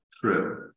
true